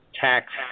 tax